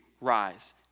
rise